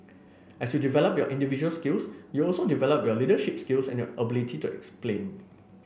as you develop your individual skills you also develop your leadership skills and your ability to explain